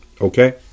Okay